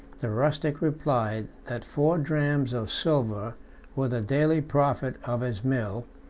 the rustic replied, that four drams of silver were the daily profit of his mill,